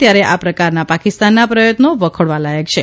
ત્યારે આ પ્રકારના પાકિસ્તાનના પ્રયત્નો વખોળવા લાયક છે